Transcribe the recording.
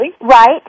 Right